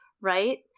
right